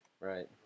Right